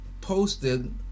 posted